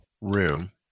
room